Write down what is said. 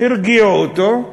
הרגיעו אותו,